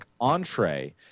entree